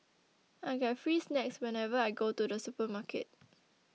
I get free snacks whenever I go to the supermarket